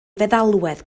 feddalwedd